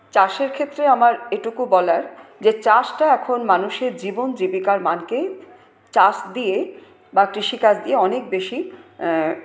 চাষের ক্ষেত্রে আমার এটুকু বলার যে চাষটা এখন মানুষের জীবন জীবিকার মানকে চাষ দিয়ে বা কৃষিকাজ দিয়ে অনেক বেশি